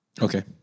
Okay